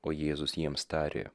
o jėzus jiems tarė